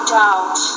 doubt